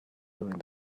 during